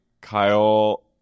kyle